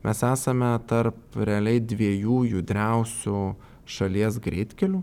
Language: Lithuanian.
mes esame tarp realiai dviejų judriausių šalies greitkelių